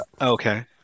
Okay